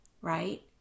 right